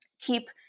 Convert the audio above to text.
keep